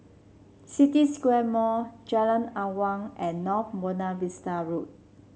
City Square Mall Jalan Awan and North Buona Vista Road